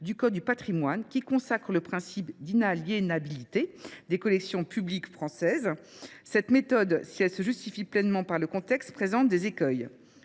du Code du patrimoine qui consacre le principe d'inaliénabilité des collections publiques françaises. Cette méthode, si elle se justifie pleinement par le contexte, présente des écueils.